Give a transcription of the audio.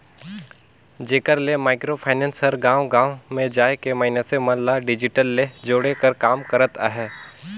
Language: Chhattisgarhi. जेकर ले माइक्रो फाइनेंस हर गाँव गाँव में जाए के मइनसे मन ल डिजिटल ले जोड़े कर काम करत अहे